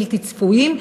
בלתי צפויים,